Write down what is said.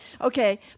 Okay